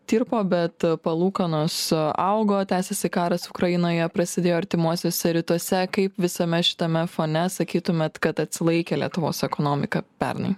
tirpo bet palūkanos augo tęsiasi karas ukrainoje prasidėjo artimuosiuose rytuose kaip visame šitame fone sakytumėt kad atsilaikė lietuvos ekonomika pernai